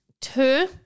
two